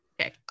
Okay